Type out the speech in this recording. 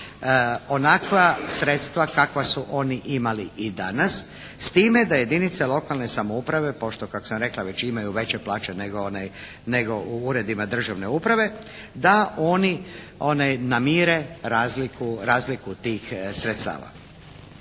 onakva sredstva kakva su oni imali i danas s time da jedinice lokalne samouprave pošto kako sam rekla već imaju veće plaće nego u Uredima državne uprave da oni namire razliku tih sredstava.